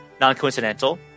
non-coincidental